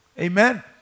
Amen